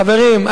חברים,